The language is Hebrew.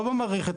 לא במערכת,